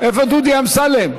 דודי אמסלם?